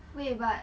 wait but